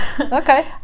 Okay